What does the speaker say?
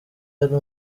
ari